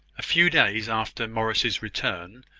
a few days after morris's return,